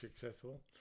successful